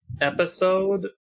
Episode